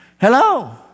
Hello